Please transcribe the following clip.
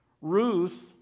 Ruth